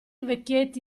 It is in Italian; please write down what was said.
vecchietti